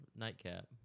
Nightcap